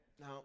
Now